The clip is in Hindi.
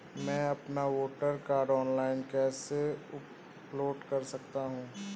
मैं अपना वोटर कार्ड ऑनलाइन कैसे अपलोड कर सकता हूँ?